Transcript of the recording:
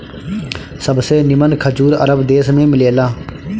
सबसे निमन खजूर अरब देश में मिलेला